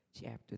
Chapter